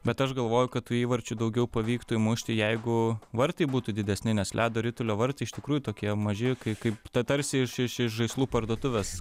bet aš galvoju kad tų įvarčių daugiau pavyktų įmušti jeigu vartai būtų didesni nes ledo ritulio vartai iš tikrųjų tokie maži kai kaip tai tarsi iš iš žaislų parduotuvės